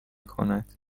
کند